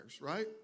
right